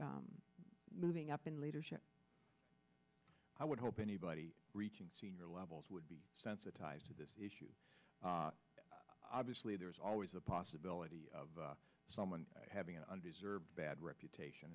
moving up in leadership i would hope anybody reaching senior levels would be sensitized to this issue obviously there is always a possibility of someone having an undeserved bad reputation